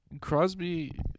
Crosby